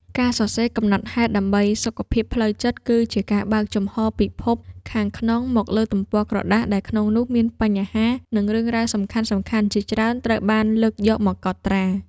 ការសរសេរកំណត់ហេតុដើម្បីសុខភាពផ្លូវចិត្ត គឺជាការបើកចំហរពិភពខាងក្នុងមកលើទំព័រក្រដាស ដែលក្នុងនោះមានបញ្ហា និងរឿងរ៉ាវសំខាន់ៗជាច្រើនត្រូវបានលើកយកមកកត់ត្រា។